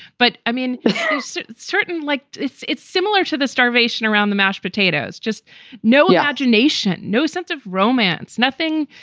but i mean certain like it's it's similar to the starvation around the mashed potatoes. just no yeah pagination, pagination, no sense of romance. nothing.